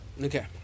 Okay